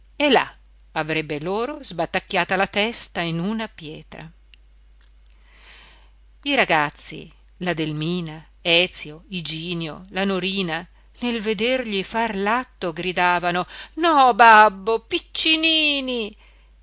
e là avrebbe loro sbatacchiata la testa in una pietra i ragazzi la delmina ezio igino la norina nel vedergli far l'atto gridavano no babbo piccinini